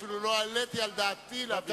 אפילו לא העליתי על דעתי להביא אותך במבוכה.